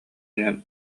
иһэн